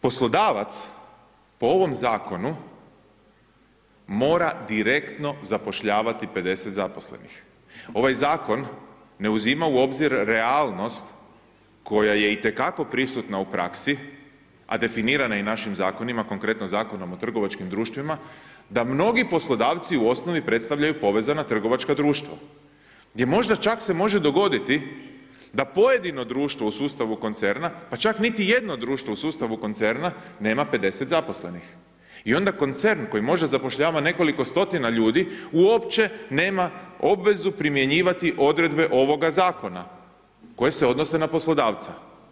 Poslodavac po ovom Zakonu mora direktno zapošljavati 50 zaposlenih, ovaj Zakon ne uzima u obzir realnost koja je itekako prisutna u praksi, a definirana je i našim Zakonima, konkretno, Zakonom o trgovačkim društvima, da mnogi poslodavci u osnovi predstavljaju povezana trgovačka društva, gdje čak se može dogoditi da pojedino društvo u sustavu koncerna, pa čak niti jedno društvo u sustavu koncerna, nema 50 zaposlenih i onda koncern koji možda zapošljava nekoliko stotina ljudi, uopće nema obvezu primjenjivati odredbe ovoga Zakona koje se odnose na poslodavca.